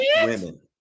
women